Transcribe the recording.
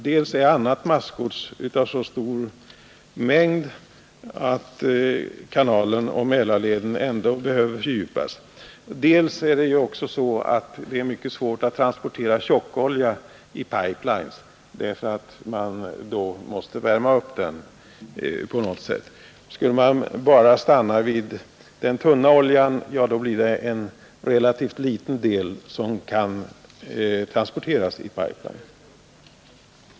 Dels förekommer annat massgods i så stor mängd att kanalen och Mälarleden ändå behöver fördjupas, dels är det mycket svårt att transportera tjockolja i pipe-ines; man måste då värma upp den på något sätt. Skulle man stanna vid bara den tunna oljan, blir det en relativt liten del som kan transporteras i pipe-ines.